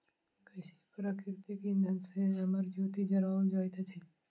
गैसीय प्राकृतिक इंधन सॅ अमर ज्योति जराओल जाइत अछि